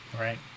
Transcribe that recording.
right